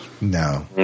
No